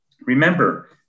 Remember